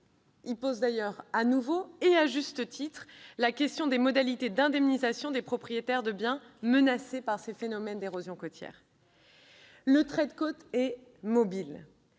loi pose de nouveau et à juste titre la question des modalités d'indemnisation des propriétaires de biens menacés par ces phénomènes d'érosion côtière. Le trait de côte est mobile